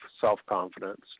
self-confidence